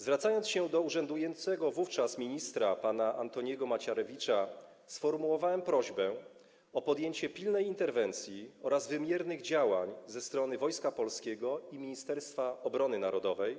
Zwracając się do urzędującego wówczas ministra, pana Antoniego Macierewicza, sformułowałem prośbę o podjęcie pilnej interwencji oraz wymiernych działań przez Wojsko Polskie i Ministerstwo Obrony Narodowej,